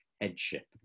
headship